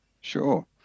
Sure